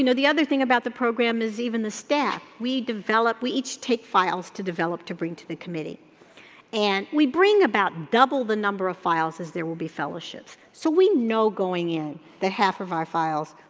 the other thing about the program is even the staff, we develop, we each take files to develop to bring to the committee and we bring about double the number of files as there will be fellowships, so we know going in that half of our files,